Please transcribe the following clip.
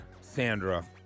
Sandra